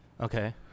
Okay